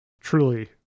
Truly